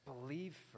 believe